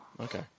Okay